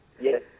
yes